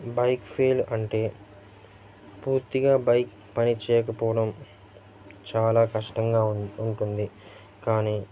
bike fail అంటే పూర్తిగా bike పని చెయ్యకపోవడం చాలా కష్టంగా ఉంటుంది కానీ